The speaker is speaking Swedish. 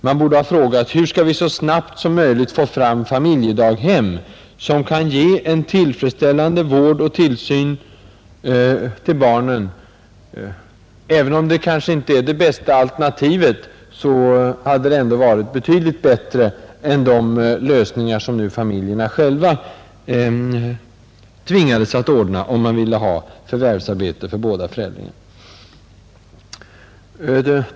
Man borde ha sett till att få fram familjedaghem som kunde ge en tillfredsställande vård och tillsyn av barnen. Även om detta kanske inte är det bästa alternativet hade det ändå varit betydligt bättre än de lösningar som familjerna själva tvingades ordna om båda föräldrarna ville ha förvärvsarbete.